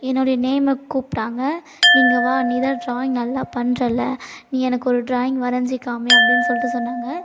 என்னோடய நேம்மை கூப்பிட்டாங்க நீ இங்கே வா நீதான் ட்ராயிங் நல்லா பண்ணுறல்ல நீ எனக்கு ஒரு ட்ராயிங் வரைஞ்சி காமி அப்படின்னு சொல்லிட்டு சொன்னாங்க